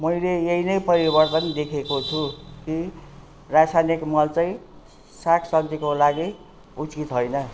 मैले यही नै परिवर्तन देखेको छु कि रासायनिक मल चाहिँ साग सब्जीको लागि उचित होइन